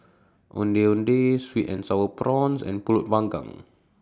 Ondeh Sweet and Sour Prawns and Pulut Panggang